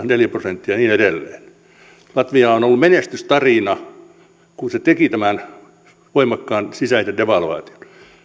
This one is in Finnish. neljä prosenttia kaksituhattakolmetoista ja niin edelleen latvia on ollut menestystarina kun se teki tämän voimakkaan sisäisen devalvaation